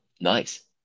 nice